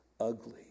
ugly